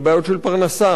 על בעיות של פרנסה,